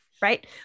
right